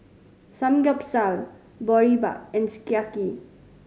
Samgeyopsal Boribap and Sukiyaki